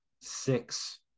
six